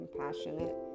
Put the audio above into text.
compassionate